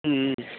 ம் ம்